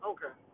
Okay